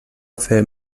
fer